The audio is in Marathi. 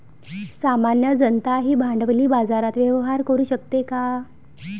सामान्य जनताही भांडवली बाजारात व्यवहार करू शकते का?